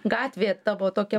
gatvė tavo tokia